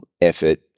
effort